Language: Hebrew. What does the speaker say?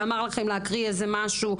שאמר לכם להקריא איזה משהו,